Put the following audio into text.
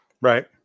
Right